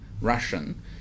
Russian